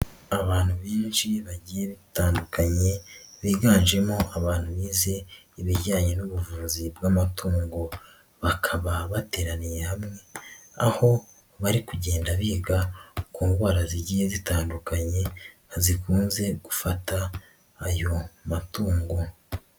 Abantu benshi bagiye bitandukanye biganjemo abantu bize ibijyanye n'ubuvuzi bw'amatungo, bakaba bateraniye hamwe aho bari kugenda biga ku ndwara zigiye zitandukanye zikunze gufata ayo matungo.